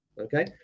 okay